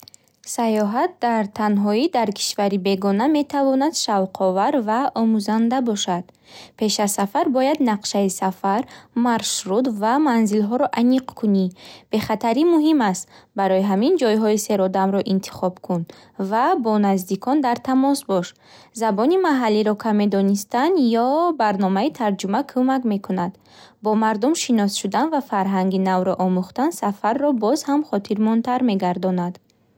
Саёҳат дар танҳоӣ дар кишвари бегона метавонад шавқовар ва омӯзанда бошад. Пеш аз сафар бояд нақшаи сафар, маршрут ва манзилҳоро аниқ кунӣ. Бехатарӣ муҳим аст. Барои ҳамин ҷойҳои серодамро интихоб кун ва бо наздикон дар тамос бош. Забони маҳаллиро каме донистан ё барномаи тарҷума кӯмак мекунад. Бо мардум шинос шудан ва фарҳанги навро омӯхтан сафарро боз ҳам хотирмонтар мегардонад.